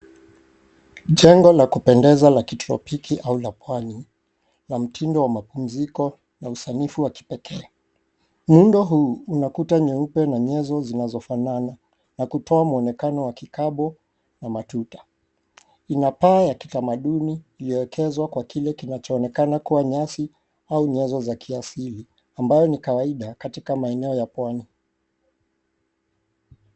Jengo la kupendeza la kitropiki au la pwani la mtindo wa mapumziko na usanifu wa kipekee. Muundo huu una kuta nyeupe na nyenzo zinazofanana, na kutoa mwonekano wa kikabo na matuta. Ina paa ya kitamaduni iliyowekezwa kwa kile kinachoonekana kuwa nyasi, au nyazo za kiasili, ambayo ni kawaida katika maeneo ya pwani.